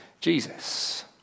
Jesus